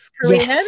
Korean